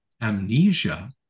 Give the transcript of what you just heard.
amnesia